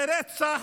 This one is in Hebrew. זה רצח.